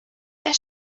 der